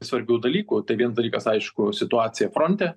svarbių dalykų tai vienas dalykas aišku situacija fronte